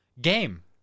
Game